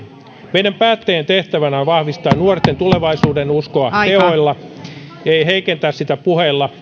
meidän päättäjien tehtävänä on vahvistaa nuorten tulevaisuudenuskoa teoilla ei heikentää sitä puheilla